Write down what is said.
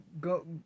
go